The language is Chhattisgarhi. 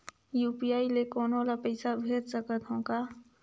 यू.पी.आई ले कोनो ला पइसा भेज सकत हों का?